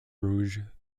rouge